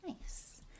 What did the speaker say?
Nice